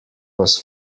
was